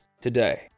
today